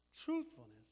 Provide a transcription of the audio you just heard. Truthfulness